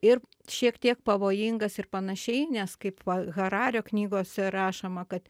ir šiek tiek pavojingas ir panašiai nes kaip harario knygose rašoma kad